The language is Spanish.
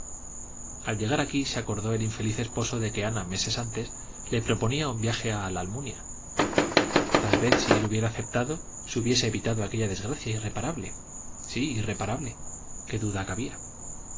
al llegar aquí se acordó el infeliz esposo que ana meses antes le proponía un viaje a la almunia tal vez si él hubiera aceptado se hubiese evitado aquella desgracia irreparable sí irreparable qué duda cabía